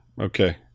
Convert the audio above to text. okay